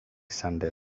descended